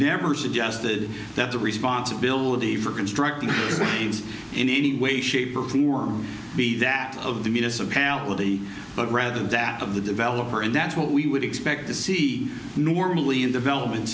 never suggested that the responsibility for constructing things in any way shape or form be that of the municipality but rather that of the developer and that's what we would expect to see normally in developments